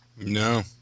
No